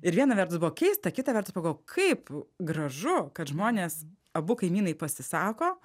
ir viena vertus buvo keista kita vertus pagalvojau kaip gražu kad žmonės abu kaimynai pasisako